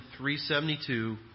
372